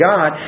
God